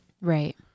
Right